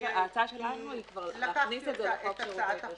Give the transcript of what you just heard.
ההצעה שלנו היא כבר להכניס את זה לחוק הגנת הצרכן.